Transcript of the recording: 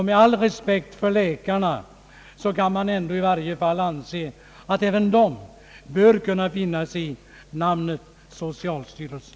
Med all respekt för läkarna anser jag att även de bör kunna finna sig i namnet socialstyrelsen.